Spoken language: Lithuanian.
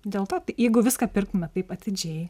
dėl to jeigu viską pirktume taip atidžiai